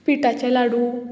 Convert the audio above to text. पिठाचे लाडू